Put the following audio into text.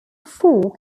folk